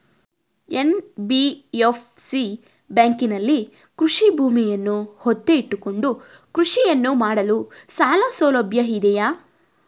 NBFC ಬ್ಯಾಂಕಿನಲ್ಲಿ ಕೃಷಿ ಭೂಮಿಯನ್ನು ಒತ್ತೆ ಇಟ್ಟುಕೊಂಡು ಕೃಷಿಯನ್ನು ಮಾಡಲು ಸಾಲಸೌಲಭ್ಯ ಇದೆಯಾ?